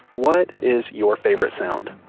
what is your favorite sound?